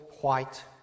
white